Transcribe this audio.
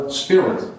spirit